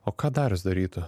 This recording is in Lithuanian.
o ką darius darytų